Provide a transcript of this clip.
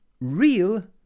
real